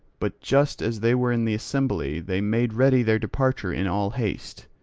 but just as they were in the assembly they made ready their departure in all haste,